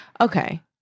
Okay